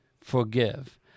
forgive